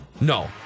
No